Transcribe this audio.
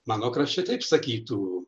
mano krašte taip sakytų